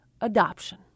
adoption